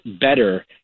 better